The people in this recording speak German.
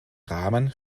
rahmen